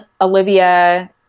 Olivia